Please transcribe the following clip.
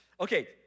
Okay